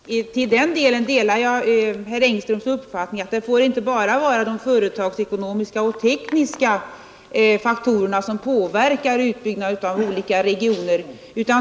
Den fysiska rikspla Herr talman! Jag delar herr Engströms uppfattning så långt att det får — neringen m.m. inte bara vara de företagsekonomiska och tekniska faktorerna som påverkar utbyggnaden av olika regioner.